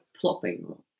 plopping